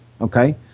Okay